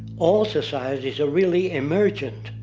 all societies are really emergent,